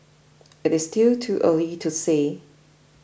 it is still too early to say